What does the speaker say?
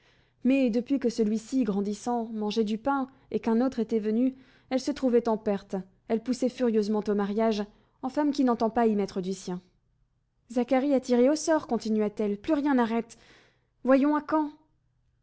mais depuis que celui-ci grandissant mangeait du pain et qu'un autre était venu elle se trouvait en perte elle poussait furieusement au mariage en femme qui n'entend pas y mettre du sien zacharie a tiré au sort continua-t-elle plus rien n'arrête voyons à